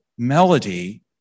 melody